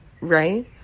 right